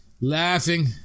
Laughing